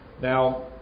now